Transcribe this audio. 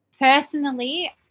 personally